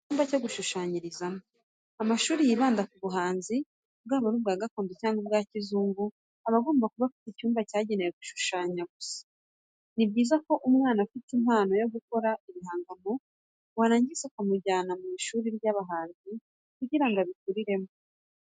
Icyumba cyo gushushanyirizamo. Amashuri yibanda ku buhanzi, bwaba ari gakondo cyangwa bwa kizungu, abagomba kuba afite icyumba cyagenewe gushushanya gusa. Ni byiza iyo umwana afite impano yo gukora ibihangano warangiza ukamujyana mu ishuri ry'abahanzi kugira ngo abikuriremo.